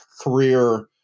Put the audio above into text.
career